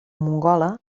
mongola